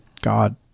God